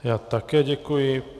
Já také děkuji.